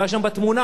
הוא היה שם בתמונה.